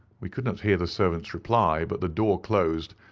we could not hear the servant's reply, but the door closed,